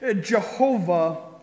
Jehovah